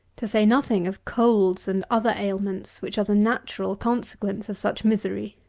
to say nothing of colds and other ailments which are the natural consequence of such misery.